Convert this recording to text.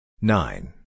Nine